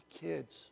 kids